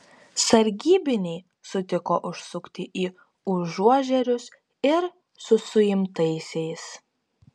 sargybiniai sutiko užsukti į užuožerius ir su suimtaisiais